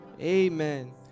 Amen